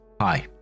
Hi